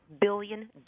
billion